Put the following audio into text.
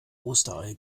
osterei